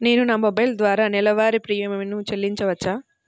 నేను నా మొబైల్ ద్వారా నెలవారీ ప్రీమియం చెల్లించవచ్చా?